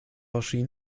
erschien